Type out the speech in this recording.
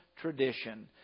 tradition